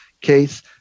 case